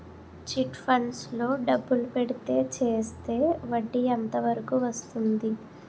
Chit funds లో డబ్బులు పెడితే చేస్తే వడ్డీ ఎంత వరకు వస్తుంది?